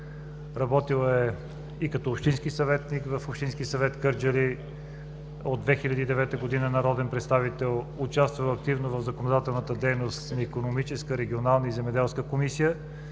Работила е и като общински съветник в Общински съвет – Кърджали. От 2009 г. е народен представител. Участва активно в законодателната дейност на Икономическата, Регионалната и Земеделската комисия.